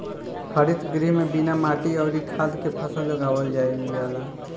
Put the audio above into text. हरित गृह में बिना माटी अउरी खाद के फसल उगावल जाईल जाला